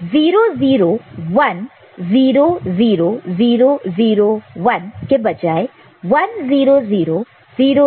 0 0 1 0 0 0 0 1 के बजाय 1 0 0 0